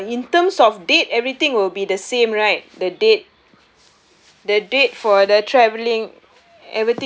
uh in terms of date everything will be the same right the date the date for the travelling